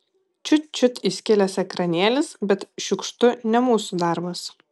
čiut čiut įskilęs ekranėlis bet šiukštu ne mūsų darbas